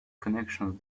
connections